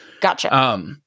Gotcha